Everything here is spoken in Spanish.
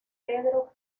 pedro